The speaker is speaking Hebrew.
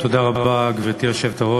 תודה רבה, גברתי היושבת-ראש.